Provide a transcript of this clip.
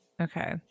Okay